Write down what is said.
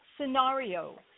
scenario